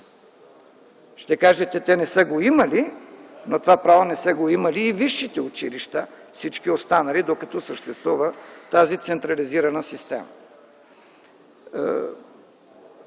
Ще кажете – те не са го имали. Но това право не са го имали и висшите училища – всички останали, докато съществува тази централизирана система.